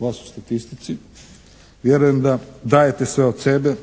vas u statistici, vjerujem da dajete sve od sebe,